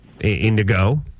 Indigo